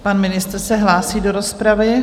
Pan ministr se hlásí do rozpravy?